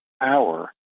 hour